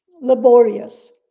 laborious